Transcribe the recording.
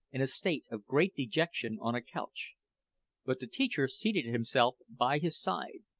in a state of great dejection, on a couch but the teacher seated himself by his side,